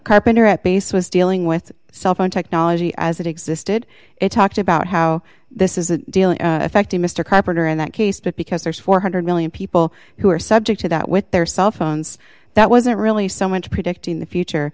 carpenter at base was dealing with cell phone technology as it existed it talked about how this is a deal in effect in mr carpenter in that case but because there's four hundred million people who are subject to that with their cell phones that wasn't really so much predicting the future